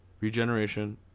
Regeneration